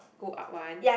go up one